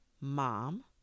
mom